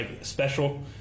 special